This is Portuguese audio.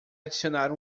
adicionar